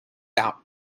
out